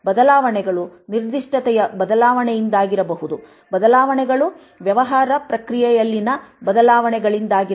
ಬದಲಾವಣೆಗಳು ನಿರ್ದಿಷ್ಟತೆಯ ಬದಲಾವಣೆಯಿಂದಾಗಿರಬಹುದು ಬದಲಾವಣೆಗಳು ವ್ಯವಹಾರ ಪ್ರಕ್ರಿಯೆಯಲ್ಲಿನ ಬದಲಾವಣೆಗಳಿಂದಾಗಿರಬಹುದು